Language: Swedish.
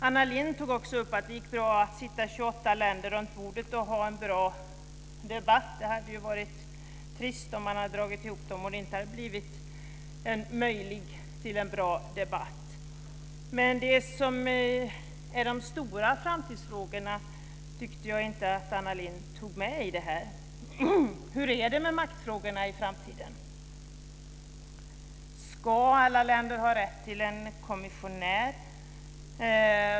Anna Lindh tog också upp att det gick bra att sitta 28 länder runt bordet och ha en bra debatt. Det hade ju varit trist om man dragit ihop dem och det inte hade varit möjligt med en bra debatt. Men det som är de stora framtidsfrågorna tyckte jag inte att Anna Lindh tog med i det här. Hur är det med maktfrågorna i framtiden? Ska alla länder ha rätt till en kommissionär?